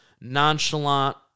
nonchalant